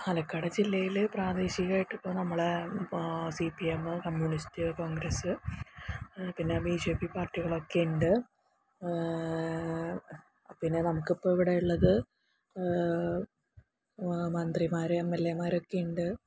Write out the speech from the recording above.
പാലക്കാട് ജില്ലയിൽ പ്രാദേശികമായിട്ട് ഇപ്പോൾ നമ്മുടെ C P M communist Congress പിന്നെ ബി ജെ പി പാർട്ടികളൊക്കെയുണ്ട് പിന്നെ നമുക്ക് ഇപ്പോൾ ഇവിടെ ഉള്ളത് മന്ത്രിമാര് എം എൽ എമാരെക്കെ ഉണ്ട്